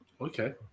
Okay